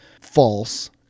false